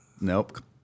Nope